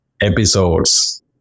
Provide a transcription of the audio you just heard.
episodes